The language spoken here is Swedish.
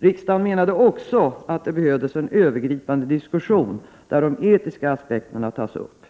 Riksdagen menade också att det behövdes en övergripande diskussion, där de etiska aspekterna skulle tas upp.